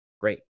great